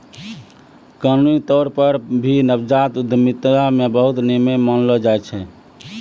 कानूनी तौर पर भी नवजात उद्यमिता मे बहुते नियम मानलो जाय छै